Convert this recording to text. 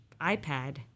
iPad